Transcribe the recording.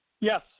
Yes